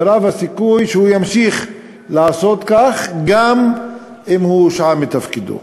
מרב הסיכויים שהוא ימשיך לעשות כך גם אם הוא הושעה מתפקידו.